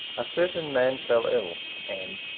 a certain man fell ill, and,